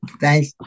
Thanks